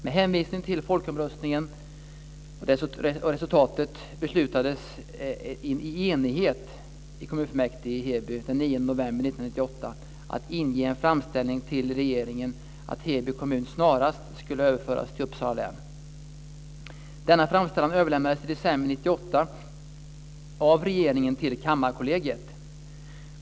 Med hänvisning till resultatet i folkomröstningen beslutades i enighet i kommunfullmäktige i Heby den 9 november 1998 att inge en framställan till regeringen att Heby kommun snarast skulle överföras till Uppsala. Denna framställan överlämnades i december 1998 av regeringen till Kammarkollegiet.